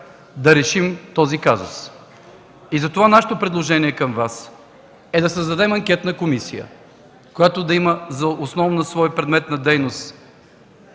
да решим този казус Затова предложението ни към Вас е да създадем анкетна комисия, която да има за основен предмет на дейност